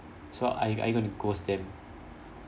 so are you are you going to ghost them